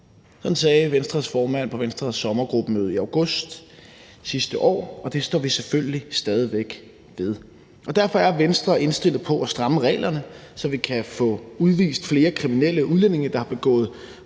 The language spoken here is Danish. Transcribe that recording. Sådan sagde Venstres formand på Venstres sommergruppemøde i august sidste år, og det står vi selvfølgelig stadig væk ved. Derfor er Venstre indstillet på at stramme reglerne, så vi kan få udvist flere kriminelle udlændinge, der har begået